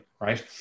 right